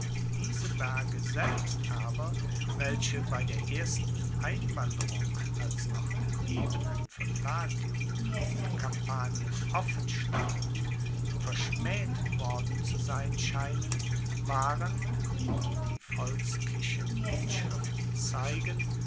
diese berge selbst aber welche bei der ersten einwanderung als noch die ebenen von latium und kampanien offenstanden verschmaeht worden zu sein scheinen waren wie die volskischen inschriften zeigen